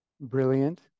brilliant